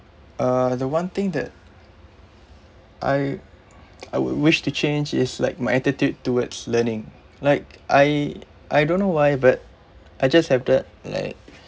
uh the one thing that I I would wish to change is like my attitude towards learning like I I don't know why but I just have that like